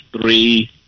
three